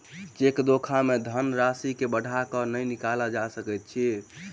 cheque धोखा मे धन राशि के बढ़ा क नै निकालल जा सकैत अछि